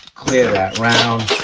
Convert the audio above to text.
clear that round,